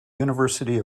university